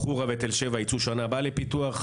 ח'ורה ותל שבע יצאו בשנה הבאה לפיתוח,